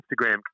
Instagram